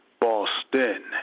Boston